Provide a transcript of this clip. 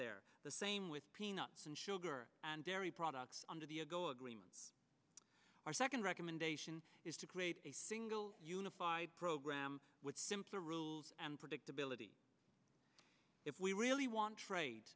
there the same with peanuts and sugar and dairy products under the ago agreement our second recommendation is to create a single unified program with simpler rules and predictability if we really want t